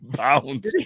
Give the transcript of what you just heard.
bounce